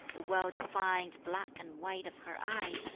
the well-defined black and white of her eye!